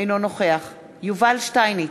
אינו נוכח יובל שטייניץ,